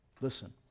Listen